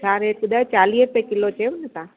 छा रेट ॿुधायो चालीह रुपए किलो चयुव न तव्हां